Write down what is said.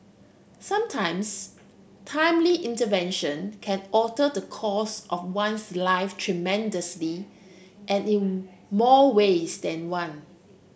sometimes timely intervention can alter the course of one's life tremendously and in more ways than one